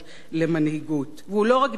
והוא לא רק דיבר, הוא גם ביצע.